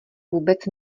vůbec